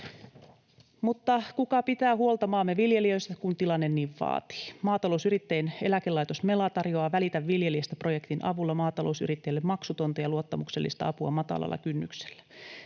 Mutta kuka pitää huolta maamme viljelijöistä, kun tilanne niin vaatii? Maatalousyrittäjien eläkelaitos Mela tarjoaa Välitä viljelijästä ‑projektin avulla maatalousyrittäjille maksutonta ja luottamuksellista apua matalalla kynnyksellä.